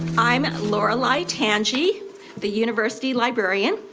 i'm lorelei tanji the university librarian.